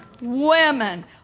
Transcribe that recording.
women